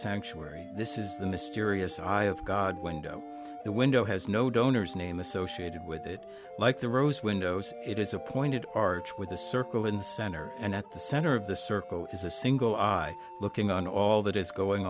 sanctuary this is the mysterious eye of god window the window has no donor's name associated with it like the rose windows it is a pointed arch with a circle in the center and at the center of the circle is a single eye looking on all that is going